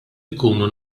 nkunu